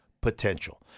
potential